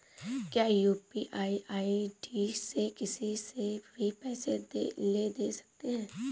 क्या UPI ID से किसी से भी पैसे ले दे सकते हैं?